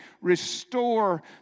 Restore